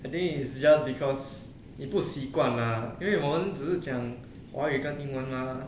I think it is just because 你不习惯 lah 因为我们只是讲华语跟英文吗